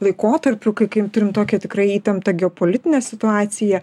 laikotarpiu kai kai turim tokią tikrai įtemptą geopolitinę situaciją